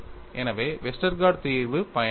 எனவே வெஸ்டர்கார்ட் தீர்வு பயனற்றது